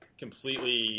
completely